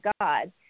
God